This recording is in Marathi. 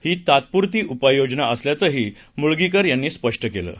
ही तात्पुरती उपाययोजना असल्याचंही म्गळीकर यांनी स्पष्ट केलं आहे